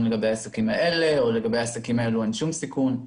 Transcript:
לגבי העסקים האלה או לגבי העסקים האלה אין כל סיכון.